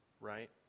right